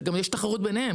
ויש גם תחרות ביניהם,